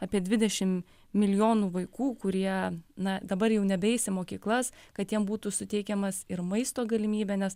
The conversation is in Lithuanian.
apie dvidešim milijonų vaikų kurie na dabar jau nebeis į mokyklas kad jiem būtų suteikiamas ir maisto galimybė nes